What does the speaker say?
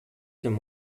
them